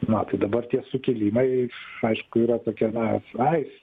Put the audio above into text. na tai dabar tie sukilimai aišku yra tokie na svajūs